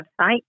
website